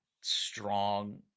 strong